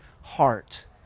heart